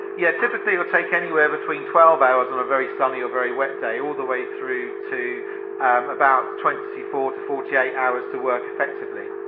yeah typically it will take anywhere between twelve hours on a very sunny or very wet day, all the way through to about twenty four to forty eight hours to work effectively.